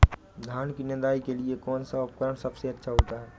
धान की निदाई के लिए कौन सा उपकरण सबसे अच्छा होता है?